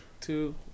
two